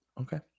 Okay